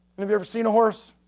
any of you ever seen a horse?